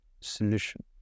solution